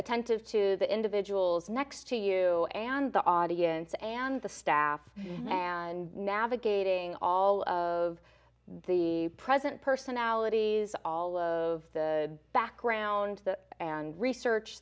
attentive to the individuals next to you and the audience and the staff and navigating all of the present personalities all of the background and research